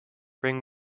bring